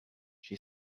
she